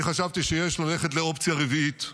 אני חשבתי שיש ללכת לאופציה רביעית,